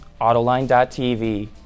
autoline.tv